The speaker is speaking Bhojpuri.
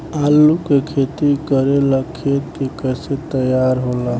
आलू के खेती करेला खेत के कैसे तैयारी होला?